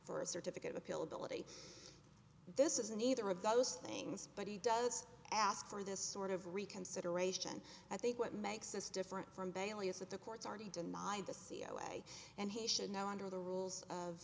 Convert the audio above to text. for a certificate of appeal ability this is an either of those things but he does ask for this sort of reconsideration i think what makes this different from bailey is that the court's already denied the c e o a and he should know under the rules of